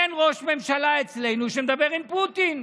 אין ראש ממשלה אצלנו שמדבר עם פוטין,